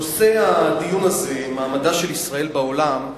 נושא הדיון הזה, מעמדה של ישראל בעולם,